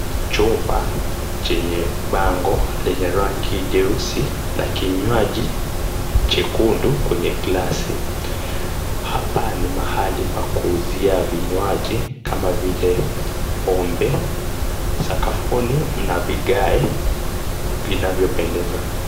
Chumba chenye bango lenye rangi jeusi na kinywaji chekundu kwenye glasi. Hapa ni mahali pa kuuzia vinywaji kama vile pombe. Sakafuni mna vigae vinavyopendeza.